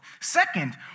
Second